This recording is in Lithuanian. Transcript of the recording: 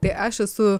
tai aš esu